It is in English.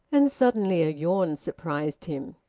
and suddenly a yawn surprised him,